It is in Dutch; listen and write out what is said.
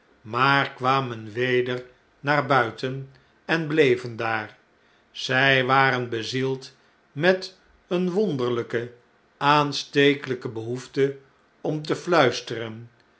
maar kwamen weder naar buiten en bleven daar z waren bezield met eene wonderljjk aanstekelpe behoefte om te fluisteren